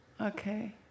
Okay